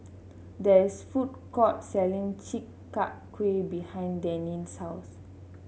there is food court selling Chi Kak Kuih behind Denine's house